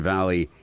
Valley